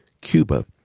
Cuba